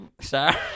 sorry